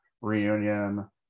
reunion